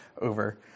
over